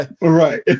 right